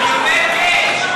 אני אומר כן.